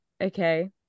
okay